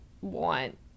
want